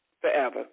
Forever